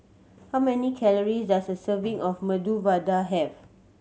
how many calories does a serving of Medu Vada have